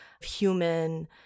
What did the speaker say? human